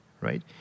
right